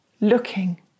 looking